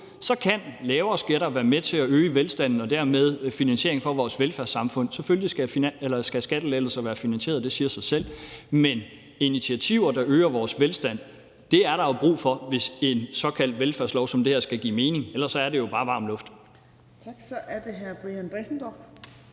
kan lavere skatter været med til at øge velstanden og dermed finansieringen af vores velfærdssamfund. Selvfølgelig skal skattelettelser være finansieret – det siger sig selv – men initiativer, der øger vores velstand, er der jo brug for, hvis en såkaldt velfærdslov som den her skal give mening; ellers er det jo bare varm luft. Kl. 11:50 Tredje næstformand